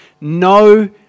no